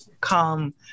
come